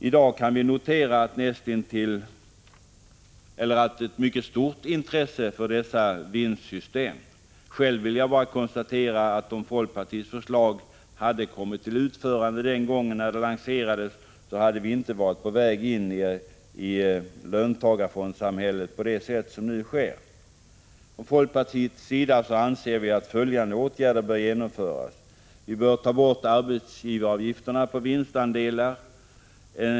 I dag kan vi notera ett mycket stort intresse för dessa vinstandelssystem. Själv vill jag bara konstatera att om folkpartiets förslag hade blivit verklighet den gången det lanserades hade vi inte varit på väg in i löntagarfondssamhället på det sätt som nu sker. Folkpartiet anser att följande åtgärder bör vidtas. Vi bör ta bort arbetsgivaravgifterna på vinstandelar.